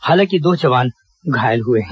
हालांकि दो जवान घायल हुए हैं